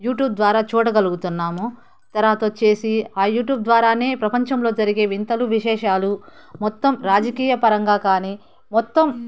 YouTube ద్వారా చూడగలుగుతున్నాము తరువాత వచ్చేసి ఆ యూట్యూబ్ ద్వారానే ప్రపంచంలో జరిగే వింతలు విశేషాలు మొత్తం రాజకీయ పరంగా కానీ మొత్తం